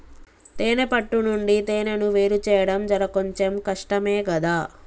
తేనే పట్టు నుండి తేనెను వేరుచేయడం జర కొంచెం కష్టమే గదా